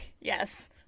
Yes